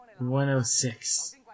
106